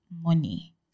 money